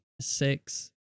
six